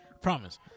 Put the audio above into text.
Promise